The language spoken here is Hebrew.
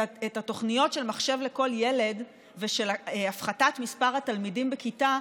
התוכניות של מחשב לכל ילד ושל הפחתת מספר התלמידים בכיתה,